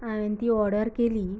हांवेन ती ऑर्डर केली